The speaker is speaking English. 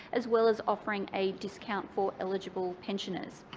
as well as offering a discount for eligible pensioners.